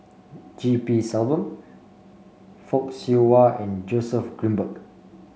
G P Selvam Fock Siew Wah and Joseph Grimberg